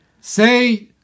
Say